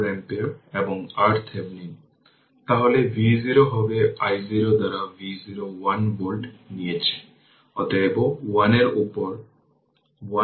অতএব i Leq equivalent inductor current হবে iL1 0 iL2 যা 12 অ্যাম্পিয়ার